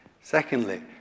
Secondly